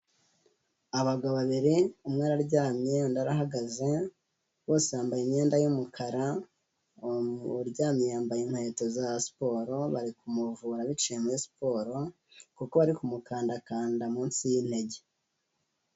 Abagabo babiri umwe araryamye undi arahagaze, bose bambaye imyenda y'umukara, uryamye yambaye inkweto za siporo bari kumuvura biciye muri siporo kuko bari kumukandakanda munsi y'intege.